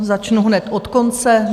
Začnu hned od konce.